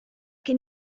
che